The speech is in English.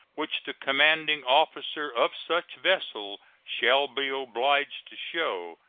which the commanding officer of such vessel shall be obliged to show.